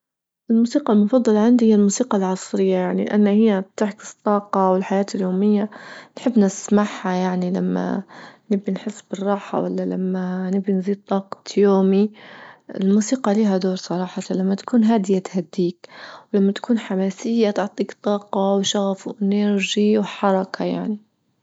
الموسيقى المفضلة عندي هي الموسيقى العصرية يعني أن هي تعكس الطاقة والحياة اليومية نحب نسمعها يعني لما نبي نحس بالراحة ولا لما نبي نزيد طاقة يومي، الموسيقى لها دور صراحة فلما تكون هادية تهديك ولما تكون حماسية تعطيك طاقة وشغف وإينيرجى وحركة يعني.